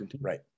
right